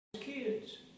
kids